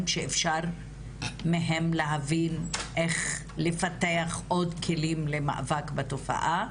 שאפשר מהם להבין איך לפתח עוד כלים למאבק בתופעה?